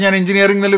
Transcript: engineering